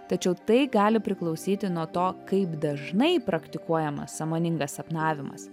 tačiau tai gali priklausyti nuo to kaip dažnai praktikuojamas sąmoningas sapnavimas